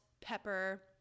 pepper